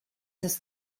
has